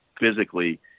physically